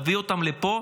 תביא אותם לפה,